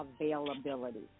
availability